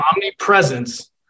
omnipresence